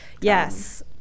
Yes